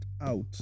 out